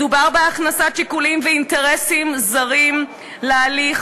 מדובר בהכנסת שיקולים ואינטרסים זרים להליך